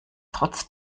trotz